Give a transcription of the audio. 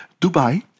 Dubai